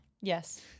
Yes